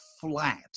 flat